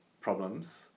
problems